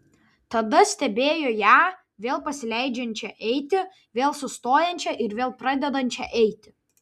tada stebėjo ją vėl pasileidžiančią eiti vėl sustojančią ir vėl pradedančią eiti